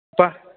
ப